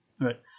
right